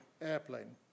Airplane